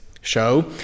show